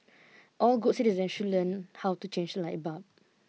all good citizens should learn how to change a light bulb